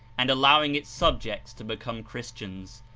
and allowing its subjects to become christians.